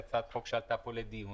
בהצעת חוק שעלתה פה לדיון.